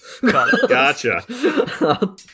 Gotcha